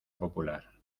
popular